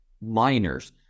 miners